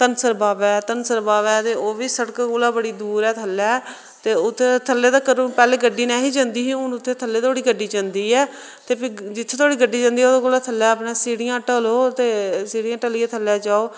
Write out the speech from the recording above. धनसर बाबा धनसर बाबा ऐ ते ओह् बी सड़क कोला बड़ी दूर ऐ थल्लै ते उत्थै थल्लेै तक्कर पैहले गड्डी नेही जंदी हुन उत्थे थल्ले तोड़ी गड्डी जंदी ऐ ते फी जित्थै तोड़ी गड्डी जंदी ओह्दे कोला थल्ले अपने सीढ़ियां ढलो ते सीढ़ि़यां ढलियै थल्लै जाओ